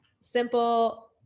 simple